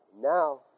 Now